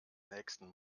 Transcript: nächsten